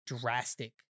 drastic